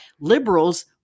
liberals